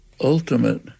ultimate